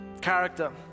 Character